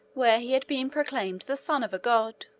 where he had been pronounced the son of a god.